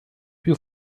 più